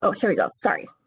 ah here we go. sorry.